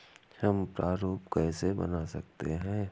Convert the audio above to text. हम प्रारूप कैसे बना सकते हैं?